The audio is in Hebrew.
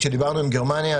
כשדיברנו עם גרמניה,